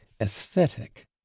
aesthetic